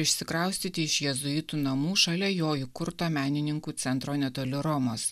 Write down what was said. išsikraustyti iš jėzuitų namų šalia jo įkurto menininkų centro netoli romos